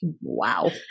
Wow